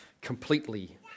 completely